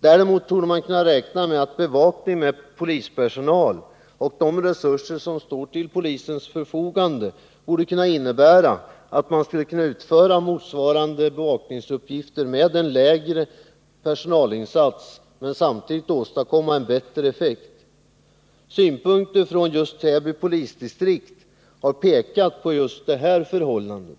Däremot torde man kunna räkna med att bevakning med polispersonal — med tanke på de resurser som står till polisens förfogande — skulle kunna innebära en lägre personalinsats och bättre effekt. Synpunkter från just Täby polisdistrikt har visat på detta.